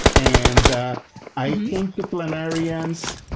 and i came to planarians